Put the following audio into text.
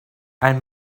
and